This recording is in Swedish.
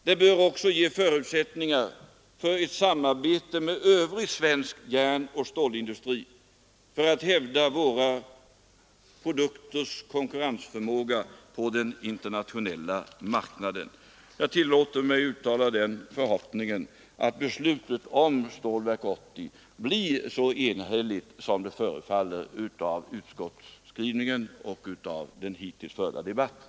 Det bör också ge förutsättningar för ett samarbete med övrig svensk järnoch stålindustri, varigenom vi kan hävda våra produkters konkurrensförmåga på den internationella marknaden. Jag tillåter mig att uttala den förhoppningen att beslutet om stålverket blir så enhälligt som det förefaller av utskottsskrivningen och av den hittills förda debatten.